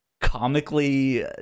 comically